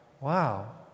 wow